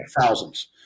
thousands